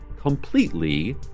completely